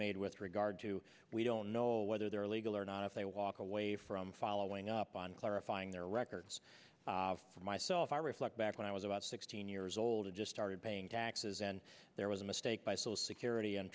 made with regard to we don't know whether they're legal or not if they walk away from following up on clarifying their records for myself i reflect back when i was about sixteen years old i just started paying taxes and there was a mistake by social security and